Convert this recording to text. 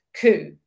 coup